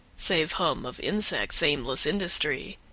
save hum of insects' aimless industry.